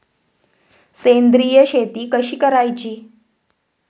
सेंद्रिय शेती कशी करायची?